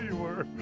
and were.